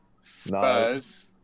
Spurs